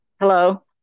Hello